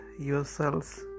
yourselves